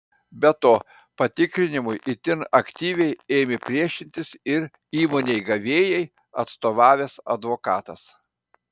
be to patikrinimui itin aktyviai ėmė priešintis ir įmonei gavėjai atstovavęs advokatas